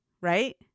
right